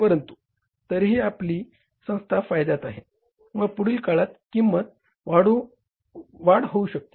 परंतु तरीही आपली संस्था फायद्यात आहे व पुढील काळात किंमतीत वाढ होऊ शकते